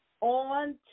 on